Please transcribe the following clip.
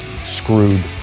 screwed